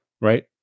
right